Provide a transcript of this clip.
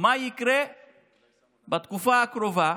מה יקרה בתקופה הקרובה